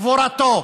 קבורתו.